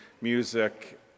music